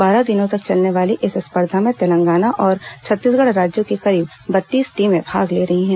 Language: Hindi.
बारह दिनों तक चलने वाली इस स्पर्धा में तेलंगाना और छत्तीसगढ़ राज्यों की करीब बत्तीस टीमें भाग ले रही हैं